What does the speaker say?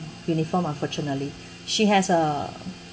uniform unfortunately she has a